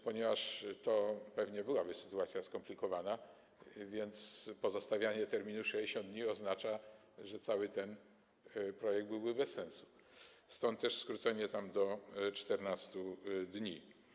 Ponieważ to pewnie byłaby sytuacja skomplikowana, więc pozostawianie terminu 60 dni oznacza, że cały ten projekt byłby bez sensu, stąd też skrócenie go do 14 dni.